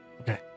okay